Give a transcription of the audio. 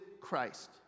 Christ